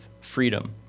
freedom